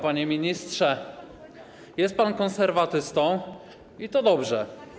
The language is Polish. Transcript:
Panie ministrze, jest pan konserwatystą, i to dobrze.